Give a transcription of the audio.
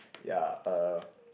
ya uh